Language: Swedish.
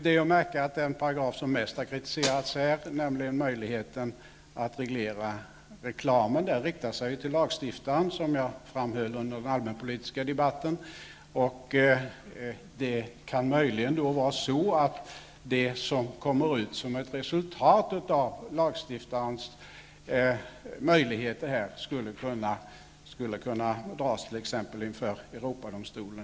Det är att märka att den paragraf som mest kritiserats här, nämligen möjligheten att reglera reklamen, riktar sig mot lagstiftaren, vilket jag framhöll under den allmänpolitiska debatten. Det kan möjligen vara så att det som kommer ut som ett resultat av lagstiftarens möjligheter skulle kunna dras inför t.ex. Europadomstolen.